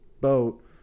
boat